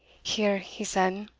here, he said,